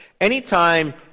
Anytime